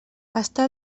està